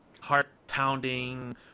heart-pounding